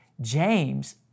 James